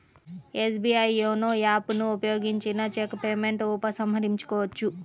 SBI YONO app ను ఉపయోగించిన cheque payment ఉపసంహరించుకోవచ్చు